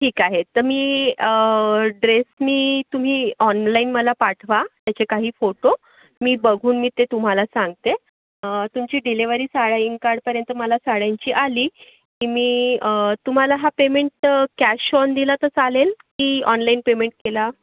ठीक आहे तर मी ड्रेस मी तुम्ही ऑनलाईन मला पाठवा त्याचे काही फोटो मी बघून मी ते तुम्हाला सांगते तुमची डिलेव्हरी सायंकाळपर्यंत मला साड्यांची आली की मी तुम्हाला हा पेमेंट कॅश ऑन दिला तर चालेल की ऑनलाईन पेमेंट केला